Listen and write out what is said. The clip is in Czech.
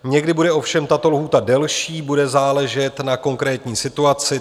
Někdy bude ovšem tato lhůta delší, bude záležet na konkrétní situaci.